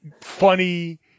funny